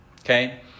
okay